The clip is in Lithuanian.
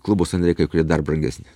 klubo sąnariai kai kurie dar brangesni